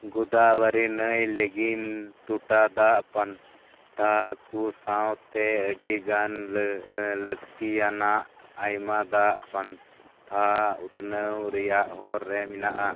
ᱜᱳᱫᱟᱵᱚᱨᱤ ᱱᱟᱹᱭ ᱞᱤᱜᱤᱱ ᱴᱚᱴᱟ ᱫᱟᱜ ᱯᱟᱱᱛᱷᱟ ᱠᱚ ᱥᱟᱶᱛᱮ ᱟᱹᱰᱤ ᱜᱟᱱ ᱞᱟᱹᱠᱛᱤᱭᱟᱱᱟᱜ ᱟᱭᱢᱟ ᱫᱟᱜ ᱯᱟᱱᱛᱷᱟ ᱩᱛᱱᱟᱹᱣ ᱨᱮᱭᱟᱜ ᱦᱚᱨ ᱨᱮ ᱢᱮᱱᱟᱜᱼᱟ